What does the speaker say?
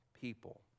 people